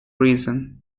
reason